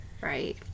right